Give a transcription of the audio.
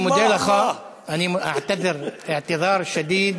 אני מודה לך (אומר בערבית: אני מתנצל עמוקות.),